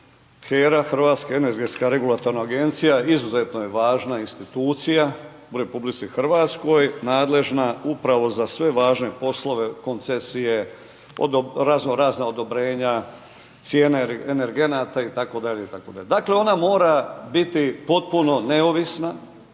HERA, Hrvatska energetska regulatorna agencija, izuzetno je važna institucija u RH, nadležna upravo za sve važne poslove, koncesije, razno razna odobrenja, cijene energenata itd. itd. Dakle, ona mora biti potpuno neovisna